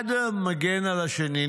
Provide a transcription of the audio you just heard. אחד מגן על השני".